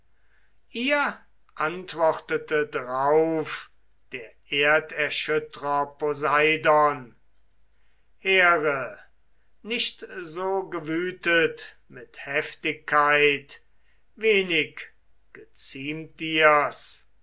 ihr antwortete drauf der erderschüttrer poseidon here nicht so gewütet mit heftigkeit wenig geziemt dir's